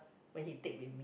when he take with me